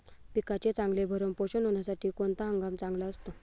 पिकाचे चांगले भरण पोषण होण्यासाठी कोणता हंगाम चांगला असतो?